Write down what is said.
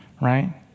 right